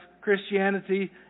Christianity